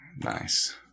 nice